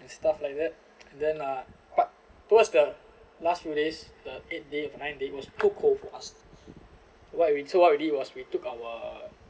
and stuff like that and then uh but towards the last few days the eight day or ninth day was too cold for us what we so what we really was we took our